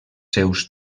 seus